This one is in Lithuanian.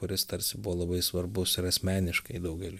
kuris tarsi buvo labai svarbus ir asmeniškai daugeliui